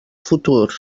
futur